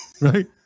Right